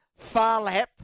Farlap